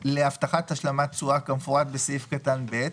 להבטחת השלמת תשואה כמפורט בסעיף קטן (ב),